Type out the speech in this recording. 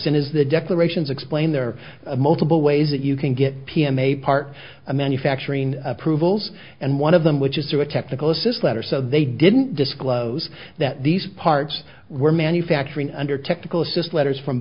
in is the declarations explain there are multiple ways that you can get p m a part of manufacturing approvals and one of them which is through a technical assist letter so they didn't disclose that these parts were manufacturing under technical assist letters from